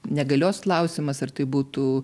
negalios klausimas ar tai būtų